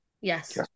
Yes